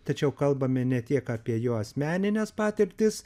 tačiau kalbame ne tiek apie jo asmenines patirtis